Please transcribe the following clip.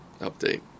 update